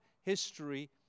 history